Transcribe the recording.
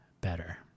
better